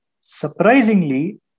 Surprisingly